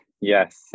Yes